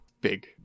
Big